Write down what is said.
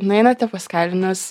nueinate pas kalinius